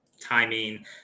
timing